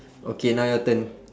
okay now your turn